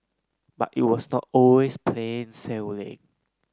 but it was not always plain sailing